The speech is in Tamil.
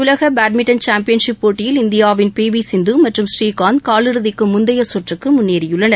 உலக பேட்மிண்டன் சாம்பியன்ஷிப் போட்டியில் இந்தியாவின் பி வி சிந்து மற்றும் ஸ்ரீகாந்த் காலிறுதிக்கு முந்தைய சுற்றுக்கு முன்னேறியுள்ளனர்